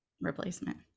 replacement